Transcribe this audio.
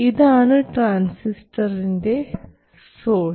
ഇതാണ് ട്രാൻസിസ്റ്ററിൻറെ സോഴ്സ്